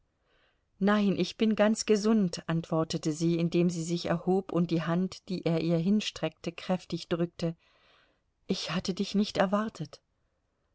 nein ich bin ganz gesund antwortete sie indem sie sich erhob und die hand die er ihr hinstreckte kräftig drückte ich hatte dich nicht erwartet